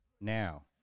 now